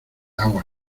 agua